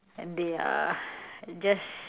and they are just